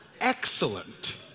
excellent